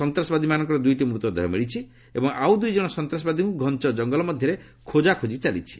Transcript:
ସନ୍ତାସବାଦୀମାନଙ୍କର ଦୁଇଟି ମୃତ ଦେହ ମିଳିଛି ଏବଂ ଆଉ ଦୁଇ ଜଣ ସନ୍ତାସବାଦୀଙ୍କୁ ଘଞ୍ଚ ଜଙ୍ଗଲ ମଧ୍ୟରେ ଖୋଜା ଖୋଜି ଚାଲିଛି